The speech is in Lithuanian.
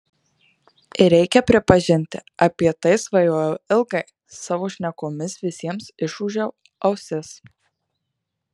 ir reikia pripažinti apie tai svajojau ilgai savo šnekomis visiems išūžiau ausis